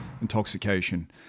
intoxication